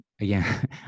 again